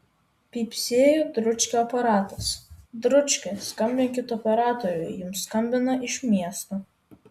pypsėjo dručkio aparatas dručki skambinkit operatoriui jums skambina iš miesto